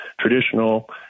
Traditional